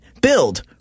Build